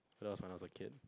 that was when I was a kid